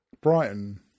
Brighton